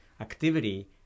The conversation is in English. activity